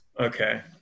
okay